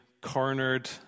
cornered